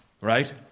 right